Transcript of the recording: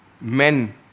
Men